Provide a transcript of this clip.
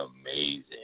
amazing